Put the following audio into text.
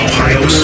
Ohio